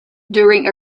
during